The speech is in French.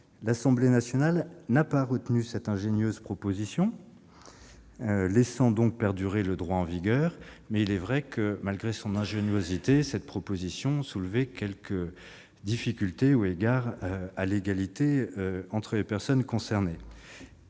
L'Assemblée nationale n'a pas retenu cette ingénieuse proposition, laissant donc perdurer le droit en vigueur. Il est vrai que, malgré son ingéniosité, cette mesure soulevait quelques difficultés en matière d'égalité entre les personnes concernées